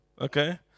Okay